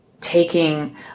taking